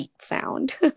sound